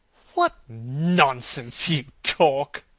what nonsense you talk!